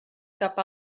cap